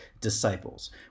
disciples